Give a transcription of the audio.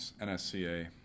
NSCA